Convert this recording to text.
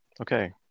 Okay